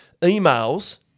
emails